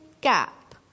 gap